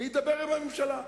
להידבר עם הממשלה.